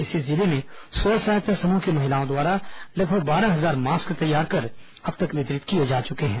इसी जिले में स्व सहायता समूह की महिलाओं द्वारा लगभग बारह हजार मास्क तैयार कर वितरित किए जा चुके हैं